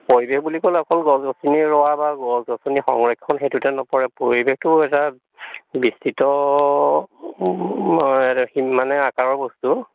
পৰিৱেশ বুলি ক'লে অকল গছ গছনি ৰোৱা বা গছ গছনিৰ সংৰক্ষণ সেইটোতে নপৰে পৰিৱেশটো এটা বিস্তৃত মানে আকাৰৰ বস্তু